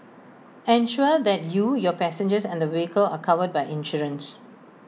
ensure that you your passengers and the vehicle are covered by insurance